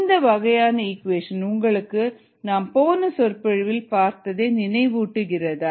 இந்த வகையான ஈக்குவேஷன் உங்களுக்கு நாம் போன சொற்பொழிவில் பார்த்ததை நினைவூட்டுகிறதா